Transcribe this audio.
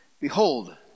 behold